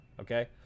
okay